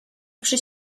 przy